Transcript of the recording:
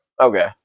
Okay